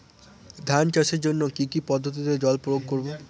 ধান চাষের জন্যে কি কী পদ্ধতিতে জল প্রয়োগ করব?